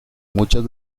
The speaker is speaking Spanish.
muchas